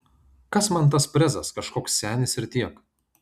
kas man tas prezas kažkoks senis ir tiek